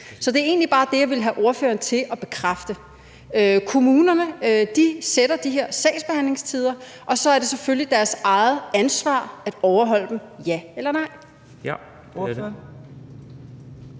Så det er egentlig bare det, jeg vil have ordføreren til at bekræfte: Kommunerne fastsætter de her sagsbehandlingstider, og så er det selvfølgelig deres eget ansvar at overholde dem – ja eller nej. Kl.